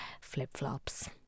flip-flops